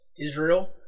Israel